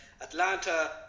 Atlanta